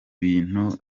bintu